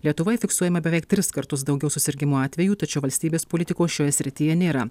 lietuvoje fiksuojama beveik tris kartus daugiau susirgimo atvejų tačiau valstybės politikos šioje srityje nėra